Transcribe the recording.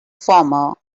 former